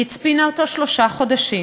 היא הצפינה אותו שלושה חודשים,